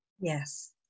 Yes